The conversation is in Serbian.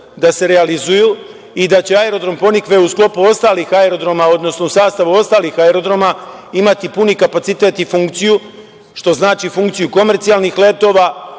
da se realizuju i da će aerodrom Ponikve, u sklopu ostalih aerodroma, odnosno u sastavu ostalih aerodroma, imati puni kapacitet i funkciju, što znači funkciju komercijalnih letova,